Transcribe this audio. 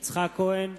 יצחק כהן,